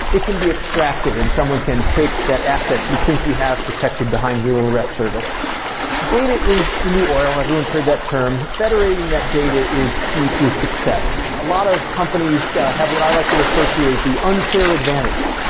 it can be extracted and someone can take that assets you think you have protected behind your rest service data is the new oil, everyone's heard that term. federating that data is key to success. a lot of companies have what i like to refer to as the unfair advantage.